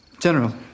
General